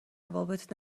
روابط